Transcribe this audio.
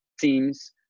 teams